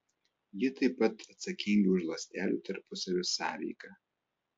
jie taip pat atsakingi už ląstelių tarpusavio sąveiką